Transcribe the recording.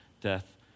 death